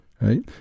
right